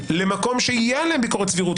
למקום שתהיה עליהן ביקורת סבירות,